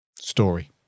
story